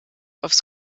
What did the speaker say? aufs